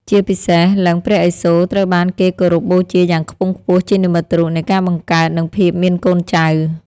ជាពិសេស លិង្គព្រះឥសូរត្រូវបានគេគោរពបូជាយ៉ាងខ្ពង់ខ្ពស់ជានិមិត្តរូបនៃការបង្កើត និងភាពមានកូនចៅ។